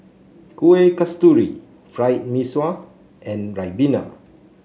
Kuih Kasturi Fried Mee Sua and Ribena